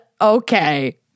Okay